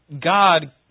God